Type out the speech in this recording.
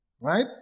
Right